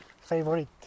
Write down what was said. favorite